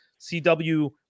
cw